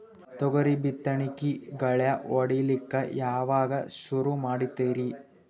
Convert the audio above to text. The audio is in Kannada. ತೊಗರಿ ಬಿತ್ತಣಿಕಿಗಿ ಗಳ್ಯಾ ಹೋಡಿಲಕ್ಕ ಯಾವಾಗ ಸುರು ಮಾಡತೀರಿ?